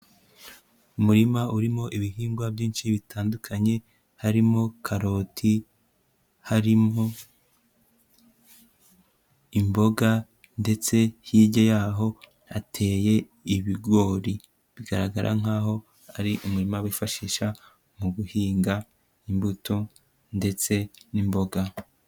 Umurima urimo ibihingwa byinshi bitandukanye. Harimo karoti, harimo imboga, ndetse hirya y'aho hateye ibigori. Bigaragara nkaho ari umurima bifashisha, mu guhinga imbuto, ndetse n'imboga.